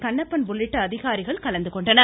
கண்ணப்பன் உள்ளிட்ட அதிகாரிகள் கலந்துகொண்டனர்